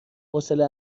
حوصله